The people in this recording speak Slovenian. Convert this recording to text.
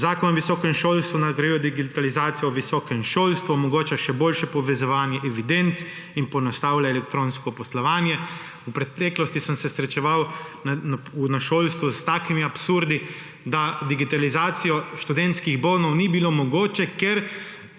Zakon o visokem šolstvu nadgrajuje digitalizacijo v visokem šolstvu, omogoča še boljše povezovanje evidenc in poenostavlja elektronsko poslovanje. V preteklosti sem se srečeval na šolstvu s takimi absurdi, da digitalizacija študentskih bonov ni bila mogoča, ker